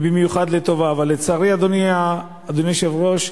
במיוחד לטובה, אבל, לצערי, אדוני היושב-ראש,